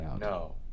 No